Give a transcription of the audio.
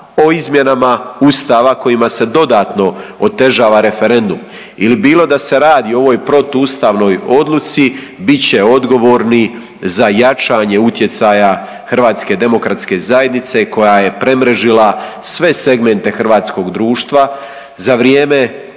o izmjenama Ustava kojima se dodatno otežava referendum ili bilo da se radi o ovoj protuustavnoj odluci bit će odgovorni za jačanje utjecaja HDZ-a koja je premrežila sve segmente hrvatskog društva za vrijeme